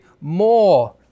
more